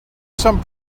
some